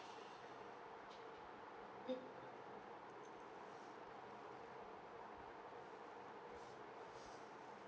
mm